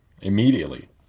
immediately